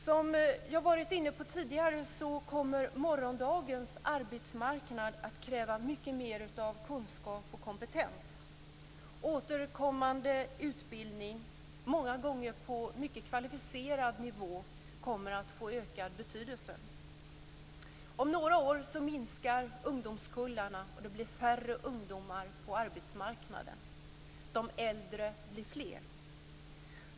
Som jag varit inne på tidigare kommer morgondagens arbetsmarknad att kräva mer kunskap och kompetens. Återkommande utbildning, många gånger på mycket kvalificerad nivå, kommer att få ökad betydelse. Om några år minskar ungdomskullarna, och det blir färre ungdomar på arbetsmarknaden. De äldre blir fler.